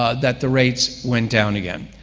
ah that the rates went down again.